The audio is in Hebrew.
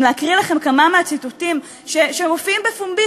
אם להקריא לכם כמה מהציטוטים שמופיעים בפומבי,